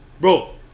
Bro